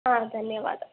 ಹಾಂ ಧನ್ಯವಾದ